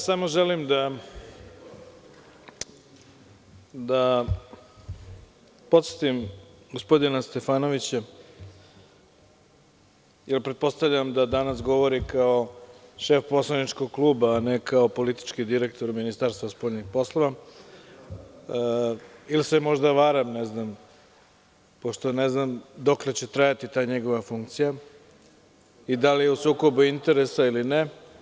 Samo želim da podsetim gospodina Stefanovića, jer pretpostavljam da danas govori kao šef poslaničkog kluba, a ne kao politički direktor Ministarstva spoljnih poslova, ili se možda varam, pošto ne znam dokle će trajati ta njegova funkcija i da li je u sukobu interesa ili ne.